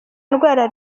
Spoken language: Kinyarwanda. ndwara